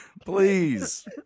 please